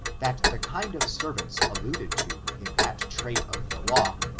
that the kind of servants alluded to in that trait of the law,